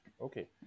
Okay